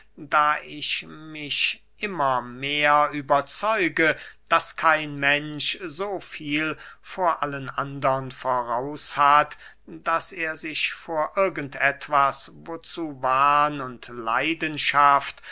da ich mich immer mehr überzeuge daß kein mensch so viel vor allen andern voraus hat daß er sich vor irgend etwas wozu wahn und leidenschaft